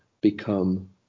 become